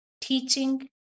teaching